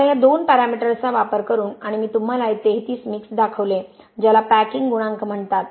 आता या दोन पॅरामीटर्सचा वापर करून आणि मी तुम्हाला हे 33 मिक्स दाखवले ज्याला पॅकिंग गुणांक म्हणतात